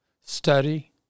study